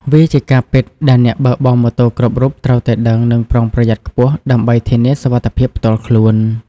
វាជាការពិតដែលអ្នកបើកបរម៉ូតូគ្រប់រូបត្រូវតែដឹង និងប្រុងប្រយ័ត្នខ្ពស់ ដើម្បីធានាសុវត្ថិភាពផ្ទាល់ខ្លួន។